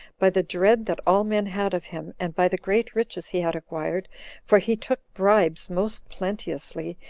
by the dread that all men had of him, and by the great riches he had acquired for he took bribes most plenteously,